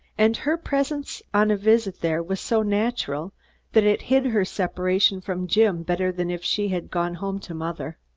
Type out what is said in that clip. and her presence on a visit there was so natural that it hid her separation from jim better than if she had gone home to mother.